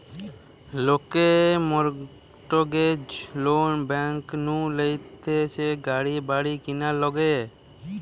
লোকে mortgage loan bank নু লইতেছে গাড়ি বাড়ি কিনার লিগে